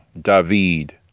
David